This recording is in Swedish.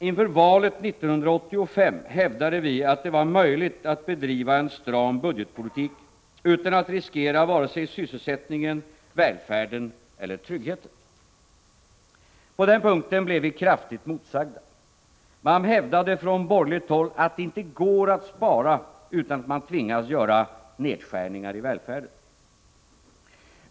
Inför valet 1985 hävdade vi att det var möjligt att bedriva en stram budgetpolitik utan att riskera vare sig sysselsättningen, välfärden eller tryggheten. På den punkten blev vi kraftigt motsagda. Man hävdade från borgerligt håll att det inte går att spara, utan att man tvingas göra nedskärningar i välfärden.